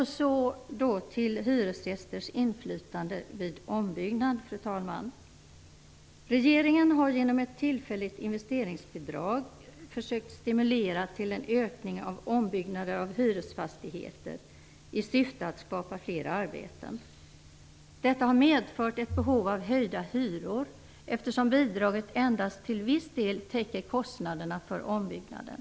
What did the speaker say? Låt mig så gå över till hyresgästernas inflytande vid ombyggnad. Regeringen har genom ett tillfälligt investeringsbidrag försökt stimulera till en ökning av ombyggnader av hyresfastigheter i syfte att skapa fler arbeten. Detta har medfört ett behov av höjda hyror, eftersom bidraget endast till viss del täcker kostnaderna för ombyggnaden.